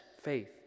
faith